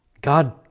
God